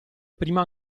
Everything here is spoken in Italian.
prima